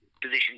position